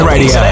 Radio